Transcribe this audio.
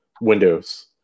Windows